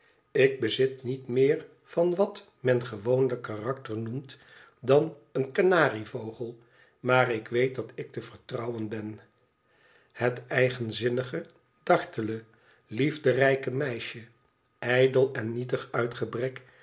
ik bezit niet meer van wat men gewoonlijk karakter noemt dan een kanarievogel maar ik weet dat ik te vertrouwen ben het eigenzinnige dartele liefderijke meisje ijdel en nietig uit gebrek